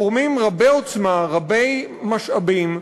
גורמים רבי-עוצמה, רבי-משאבים,